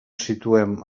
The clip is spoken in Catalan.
situem